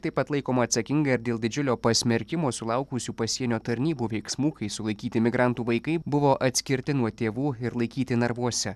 taip pat laikoma atsakinga ir dėl didžiulio pasmerkimo sulaukusių pasienio tarnybų veiksmų kai sulaikyti migrantų vaikai buvo atskirti nuo tėvų ir laikyti narvuose